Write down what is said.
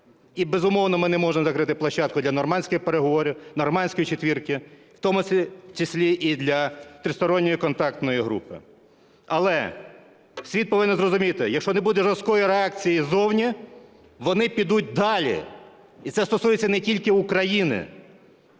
І, безумовно, ми не можемо закрити площадку для Нормандських переговорів, Нормандської четвірки, в тому числі і для Тристоронньої контактної групи. Але світ повинен зрозуміти, якщо не буде жорсткої реакції ззовні, вони підуть далі і це стосується не тільки України.